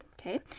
okay